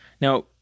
Now